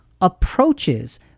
approaches